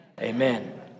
Amen